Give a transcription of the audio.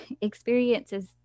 experiences